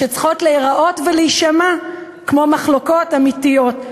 שצריכות להיראות ולהישמע כמו מחלוקות אמיתיות,